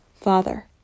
Father